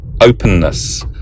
openness